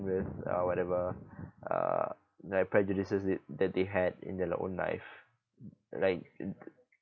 with uh whatever uh like prejudices th~ that they had in their own life like in t~